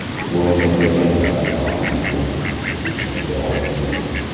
the boy never again left the box behind him he kept it always with him.